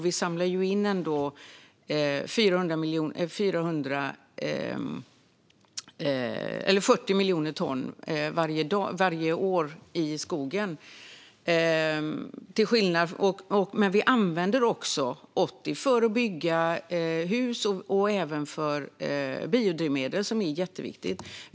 Vi samlar ändå in 40 miljoner ton varje år i skogen. Men vi använder också 80 för att bygga hus och även för biodrivmedel, som är jätteviktigt.